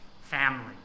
family